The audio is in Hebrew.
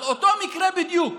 על אותו מקרה בדיוק,